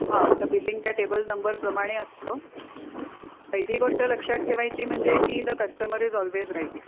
हां तर बिलिंग त्या टेबल नंबरप्रमाणे असतं पहिली गोष्ट लक्षात ठेवायची म्हणजे की the customer is always right